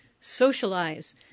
socialize